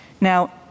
Now